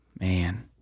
Man